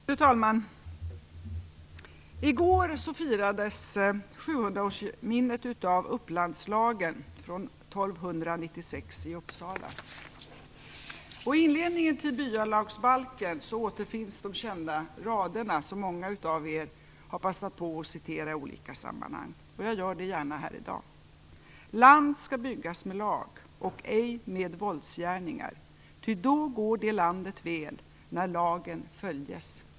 Fru talman! I går firades i Uppsala 700-årsminnet av Upplandslagen från 1296. I inledningen till byalagsbalken återfinns de kända raderna, som många av er har passat på att citera i olika sammanhang, och jag gör det gärna här i dag: Land skall byggas med lag och ej med våldsgärningar. Ty då går det landet väl när lagen följes.